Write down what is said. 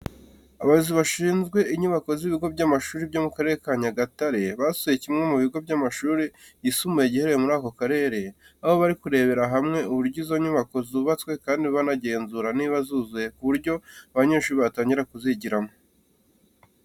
Abayobozi bashinzwe inyubako z'ibigo by'amashuri byo mu Karere ka Nyagatare basuye kimwe mu bigo by'amashuri yisumbuye giherereye muri ako karere, aho bari kurebera hamwe uburyo izo nyubako zubatswe kandi banagenzura niba zuzuye ku buryo abanyeshuri batangira kuzigiramo.